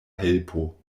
helpo